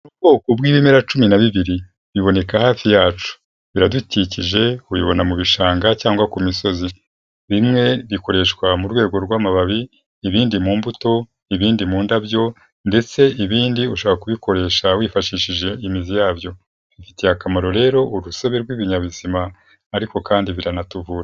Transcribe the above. Ubwoko bw'ibimera cumi na bibiri biboneka hafi yacu, biradukikije ubibona mu bishanga cyangwa ku misozi. Bimwe bikoreshwa mu rwego rw'amababi, ibindi mu mbuto, ibindi mu ndabyo ndetse ibindi ushobora kubikoresha wifashishije imizi yabyo. Bifitiye akamaro rero urusobe rw'ibinyabuzima ariko kandi biranatuvura.